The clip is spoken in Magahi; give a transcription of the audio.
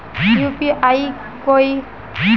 यु.पी.आई कोई